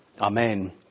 Amen